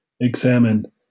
examine